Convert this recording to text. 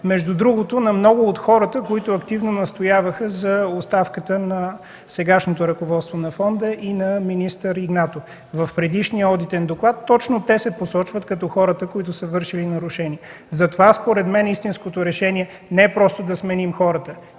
Между другото, много от хората, които активно настояваха за оставката на сегашното ръководство на фонда и на министър Игнатов в предишния одитен доклад, точно те се посочват като хората, които са вършили нарушения. Затова според мен истинското решение не е просто да сменим хората,